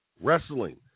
wrestling